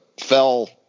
fell